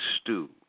stew